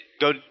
go